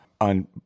On